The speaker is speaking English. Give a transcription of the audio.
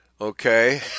Okay